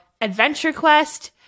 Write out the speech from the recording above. AdventureQuest